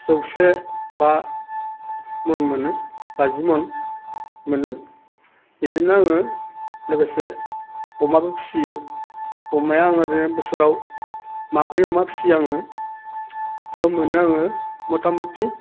जौसे बा मन मोनो बाजि मन मोनो बेजोंनो आङो लोगोसे अमाबो फिसियो अमाया आं ओरैनो बोसोराव माब्रै अमा फियो आङो बेयाव मोनो आङो मथामथि